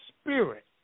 spirit